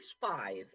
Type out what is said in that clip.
five